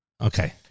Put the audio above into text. Okay